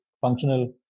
functional